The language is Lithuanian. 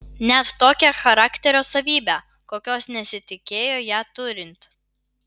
net tokią charakterio savybę kokios nesitikėjo ją turint